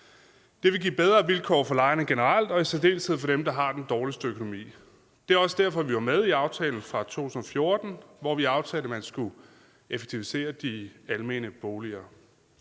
Det vil give bedre vilkår for lejerne generelt og i særdeleshed for dem, der har den dårligste økonomi. Det er også derfor, vi var med i aftalen fra 2014, hvor vi aftalte, at man skulle effektivisere de almene boligselskaber.